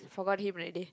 forgot him already